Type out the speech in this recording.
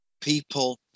People